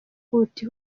huti